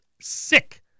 sick